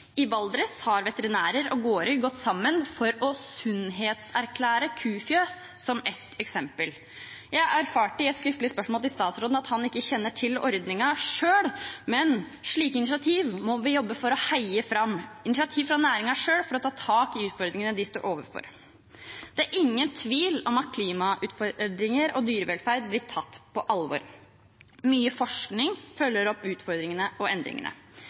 I Valdres har veterinærer og gårder gått sammen for å sunnhetserklære kufjøs, som ett eksempel. Jeg erfarte i et skriftlig spørsmål til statsråden at han ikke kjenner til ordningen selv, men slike initiativ må vi jobbe for å heie fram – initiativ fra næringen selv for å ta tak i utfordringene de står overfor. Det er ingen tvil om at klimautfordringer og dyrevelferd blir tatt på alvor. Mye forskning følger opp utfordringene og endringene.